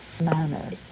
manner